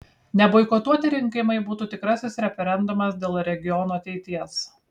neboikotuoti rinkimai būtų tikrasis referendumas dėl regiono ateities